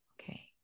okay